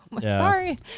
Sorry